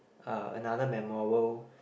uh another memorable